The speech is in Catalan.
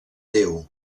déu